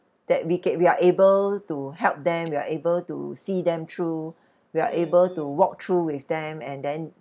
that we get we are able to help them we are able to see them through we are able to walk through with them and then